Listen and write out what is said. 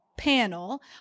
panel